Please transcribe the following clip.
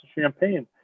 champagne